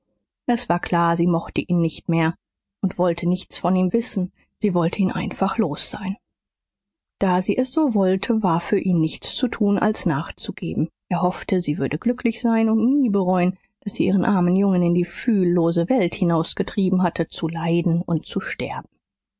es war klar sie mochte ihn nicht mehr und wollte nichts von ihm wissen sie wollte ihn einfach los sein da sie es so wollte war für ihn nichts zu tun als nachzugeben er hoffte sie würde glücklich sein und nie bereuen daß sie ihren armen jungen in die fühllose welt hinausgetrieben hatte zu leiden und zu sterben